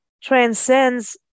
transcends